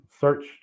search